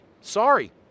Sorry